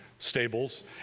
Stables